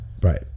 Right